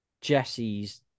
Jesse's